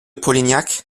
polignac